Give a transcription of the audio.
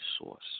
source